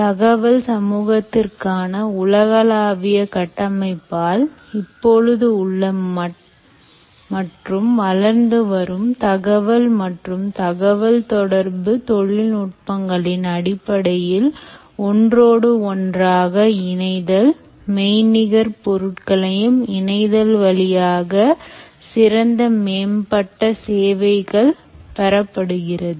தகவல் சமூகத்திற்கான உலகளாவிய கட்டமைப்பால் இப்பொழுது உள்ள மற்றும் வளர்ந்து வரும் தகவல் மற்றும் தகவல் தொடர்பு தொழில் நுட்பங்களின் அடிப்படையில் ஒன்றோடு ஒன்றாக இணைத்தல் மெய்நிகர் பொருட்களையும் இணைத்தல்வழியாக சிறந்த மேம்பட்ட சேவைகள் பெறப்படுகிறது